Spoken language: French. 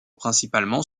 principalement